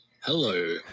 Hello